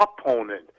opponent